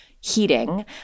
heating